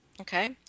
Okay